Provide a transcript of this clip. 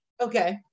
Okay